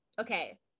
Okay